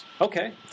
Okay